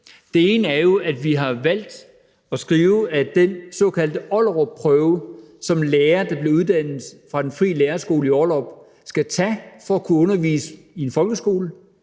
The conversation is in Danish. det ene er jo, at vi har valgt at skrive, at den såkaldte Ollerupprøve, som lærere, der bliver uddannet fra Den Frie Lærerskole i Ollerup, skal tage for at kunne undervise i en folkeskole,